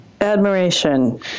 Admiration